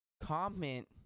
comment